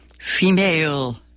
female